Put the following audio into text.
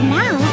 now